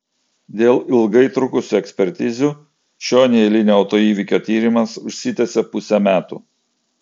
dėl ilgai trukusių ekspertizių šio neeilinio autoįvykio tyrimas užsitęsė pusę metų